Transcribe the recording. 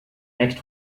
next